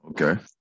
Okay